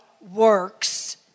works